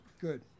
Good